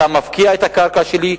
אתה מפקיע את הקרקע שלי,